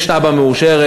יש תב"ע מאושרת.